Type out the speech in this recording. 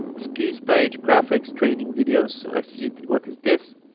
excuse page graphics training videos so let's see what is this